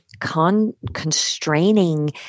constraining